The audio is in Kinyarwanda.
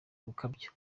gukabya